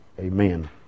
amen